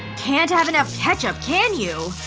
can't have enough ketchup, can you? ah.